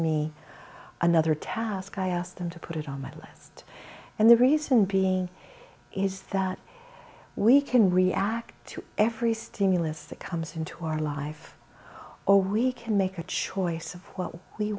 me another task i ask them to put it on my list and the reason being is that we can react to every stimulus that comes into our life or we can make a choice of what we